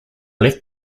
left